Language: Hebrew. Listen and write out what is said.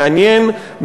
מעניין,